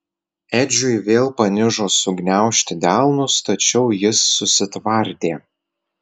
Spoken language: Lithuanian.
edžiui vėl panižo sugniaužti delnus tačiau jis susitvardė